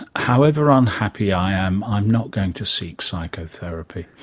however unhappy i am, i'm not going to seek psychotherapy.